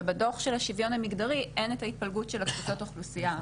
ובדוח של השוויון המגדרי אין את ההתפלגות של קבוצות האוכלוסייה,